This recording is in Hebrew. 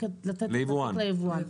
ליבואן.